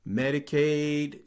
medicaid